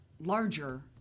larger